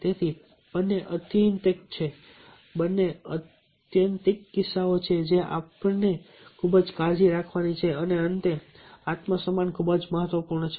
તેથી બંને અત્યંતિક બંને અત્યંતિક કિસ્સાઓ છે જે આપણે ખૂબ કાળજી રાખવાની છે અને અંતે આત્મસન્માન ખૂબ જ મહત્વપૂર્ણ છે